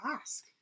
ask